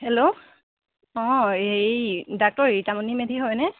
hello অঁ হেৰি doctor Ritamoni Medhi হয়নে